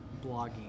blogging